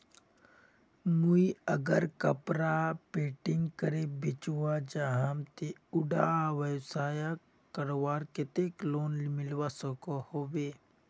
मुई अगर कपड़ा पेंटिंग करे बेचवा चाहम ते उडा व्यवसाय करवार केते कोई लोन मिलवा सकोहो होबे?